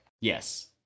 Yes